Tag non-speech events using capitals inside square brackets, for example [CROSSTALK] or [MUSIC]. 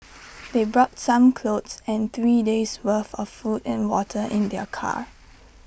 [NOISE] they brought some clothes and three days' worth of food and water in their car